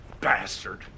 Bastard